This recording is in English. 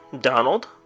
Donald